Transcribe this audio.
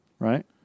Right